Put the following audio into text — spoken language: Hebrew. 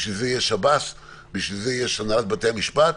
בשביל זה יש שב"ס, בשביל זה יש הנהלת בתי משפט,